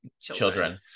children